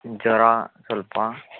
ಜ್ವರ ಸ್ವಲ್ಪ